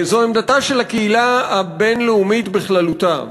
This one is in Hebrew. זו עמדתה של הקהילה הבין-לאומית בכללותה,